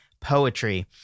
poetry